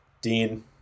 Dean